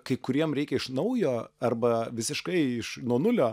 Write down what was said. kai kuriem reikia iš naujo arba visiškai nuo nulio